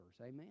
Amen